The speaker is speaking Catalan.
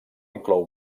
inclou